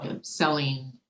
selling